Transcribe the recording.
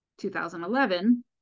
2011